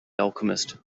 alchemist